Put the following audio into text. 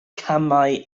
camau